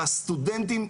והסטודנטים,